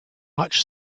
much